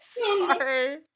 Sorry